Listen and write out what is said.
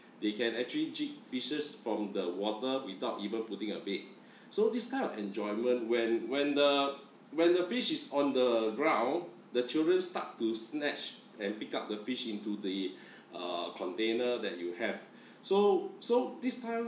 they can actually jig fishes from the water without even putting a bait so this kind of enjoyment when when the when the fish is on the ground the children start to snatch and pick up the fish into the uh container that you have so so this time